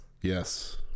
Yes